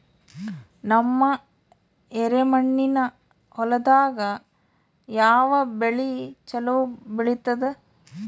ನಮ್ಮ ಎರೆಮಣ್ಣಿನ ಹೊಲದಾಗ ಯಾವ ಬೆಳಿ ಚಲೋ ಬೆಳಿತದ?